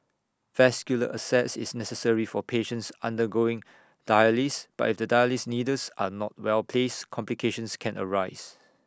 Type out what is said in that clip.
vascular access is necessary for patients undergoing dialysis but if the dialysis needles are not well placed complications can arise